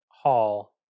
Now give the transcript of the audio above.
Hall